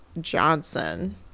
Johnson